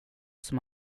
som